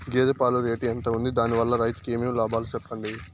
గేదె పాలు రేటు ఎంత వుంది? దాని వల్ల రైతుకు ఏమేం లాభాలు సెప్పండి?